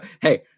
Hey